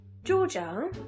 Georgia